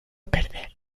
perder